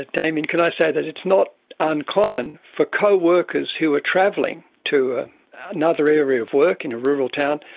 ah damien, can i say that it's not uncommon for co-workers who are travelling to ah another area of work in a rural town,